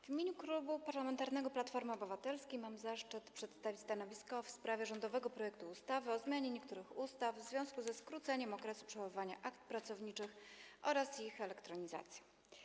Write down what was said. W imieniu Klubu Parlamentarnego Platforma Obywatelska mam zaszczyt przedstawić stanowisko w sprawie rządowego projektu ustawy o zmianie niektórych ustaw w związku ze skróceniem okresu przechowywania akt pracowniczych oraz ich elektronizacją.